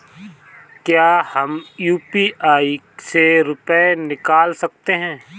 क्या हम यू.पी.आई से रुपये निकाल सकते हैं?